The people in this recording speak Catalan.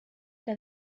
que